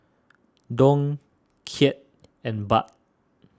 Dong Kyat and Baht